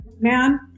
man